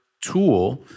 tool